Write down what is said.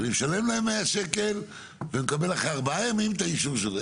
אני משלם להם 100 שקלים ומקבל אחרי ארבעה ימים את האישור.